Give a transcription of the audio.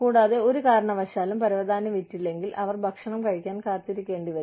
കൂടാതെ ഒരു കാരണവശാലും പരവതാനി വിറ്റില്ലെങ്കിൽ അവർ ഭക്ഷണം കഴിക്കാൻ കാത്തിരിക്കേണ്ടിവരും